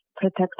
protect